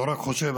לא רק חושב,